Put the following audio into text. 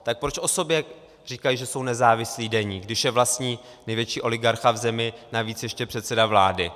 Tak proč o sobě říkají, že jsou nezávislý deník, když je vlastní největší oligarcha v zemi, navíc ještě předseda vlády?